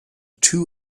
two